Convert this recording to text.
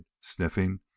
sniffing